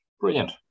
Brilliant